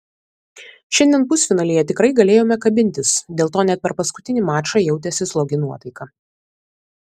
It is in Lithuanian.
šiandien pusfinalyje tikrai galėjome kabintis dėl to net per paskutinį mačą jautėsi slogi nuotaika